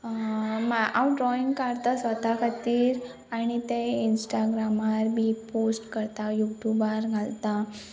हांव ड्रॉइंग काडटा स्वता खातीर आनी ते इंस्टाग्रामार बी पोस्ट करता यूट्युबार घालता